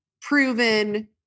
proven